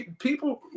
people